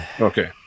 Okay